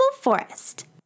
forest